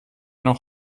noch